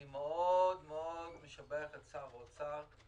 אני מאוד מאוד משבח את שר האוצר,